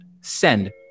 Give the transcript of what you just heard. send